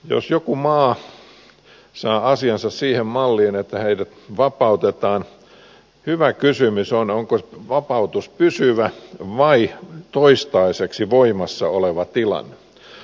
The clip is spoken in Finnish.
jos joku maa saa asiansa siihen malliin että heidät vapautetaan hyvä kysymys on onko vapautus pysyvä vai toistaiseksi voimassa oleva tilanne